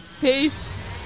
Peace